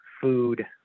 food